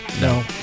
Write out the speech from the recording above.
No